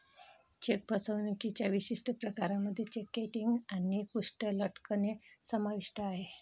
check फसवणुकीच्या विशिष्ट प्रकारांमध्ये चेक किटिंग आणि पृष्ठ लटकणे समाविष्ट आहे